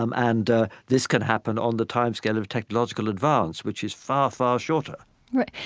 um and this can happen on the time scale of technological advance, which is far, far shorter right.